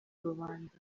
rubanda